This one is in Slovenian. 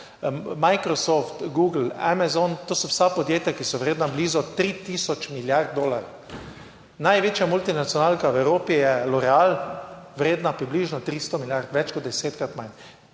Microsoft, Google, Amazon, to so vsa podjetja, ki so vredna blizu 3000 milijard dolarjev. Največja multinacionalka v Evropi je Loreal, vredna približno 300 milijard, več kot desetkrat manj.